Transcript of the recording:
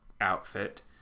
Outfit